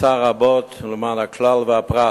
עשה רבות למען הכלל והפרט.